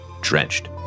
drenched